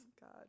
God